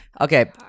Okay